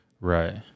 Right